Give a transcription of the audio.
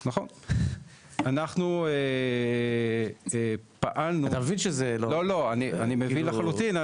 אתה מבין שזה לא --- אני מבין לחלוטין,